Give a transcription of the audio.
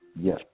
Yes